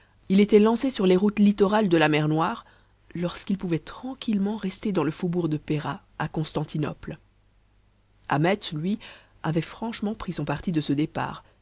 il était lancé sur les routes littorales de la mer noire lorsqu'il pouvait tranquillement rester dans le faubourg de péra à constantinople ahmet lui avait franchement pris son parti de ce départ